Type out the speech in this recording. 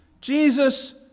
Jesus